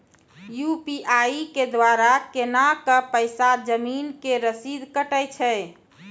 UPI के द्वारा केना कऽ पैसा जमीन के रसीद कटैय छै?